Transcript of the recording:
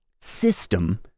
system